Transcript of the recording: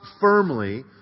firmly